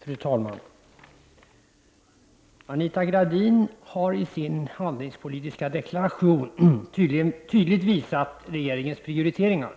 Fru talman! Anita Gradin har i den handelspolitiska deklarationen tydligt visat regeringens prioriteringar.